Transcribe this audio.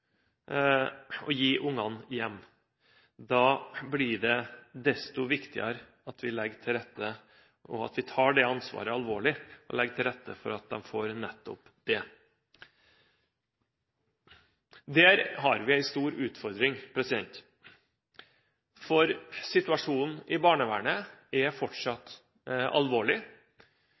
å gi barna et hjem, blir det desto viktigere at vi tar det ansvaret alvorlig og legger til rette for at de får nettopp det. Der har vi en stor utfordring, for situasjonen i barnevernet er fortsatt alvorlig.